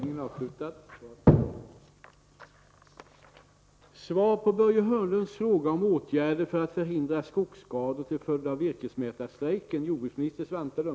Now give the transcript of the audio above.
Lagren av ej inkört omätt barrvirke är stora i berört strejkområde. 1.